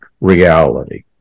reality